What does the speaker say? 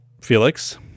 Felix